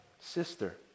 sister